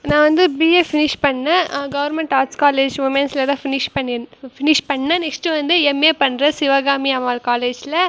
நான் வந்து BA finish பண்ணேன் கவர்மெண்ட் ஆர்ட்ஸ் காலேஜ் உமென்ஸில் தான் ஃபினிஷ் பண்ணி ஃபினிஷ் பண்ணேன் நெக்ஸ்ட்டு வந்து எம்ஏ பண்ணுறேன் சிவகாமியம்மாள் காலேஜில்